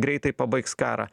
greitai pabaigs karą